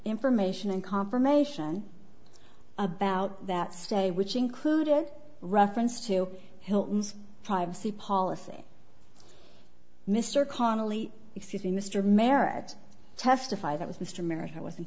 information and confirmation about that stay which included reference to hilton's privacy policy mr connelly excuse me mr merrett testify that was mr america was